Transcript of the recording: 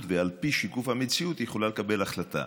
ועל פי שיקוף המציאות היא יכולה לקבל החלטה,